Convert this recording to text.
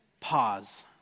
Pause